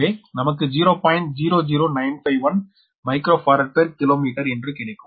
00951 micro farad per kilometre என்று கிடைக்கும்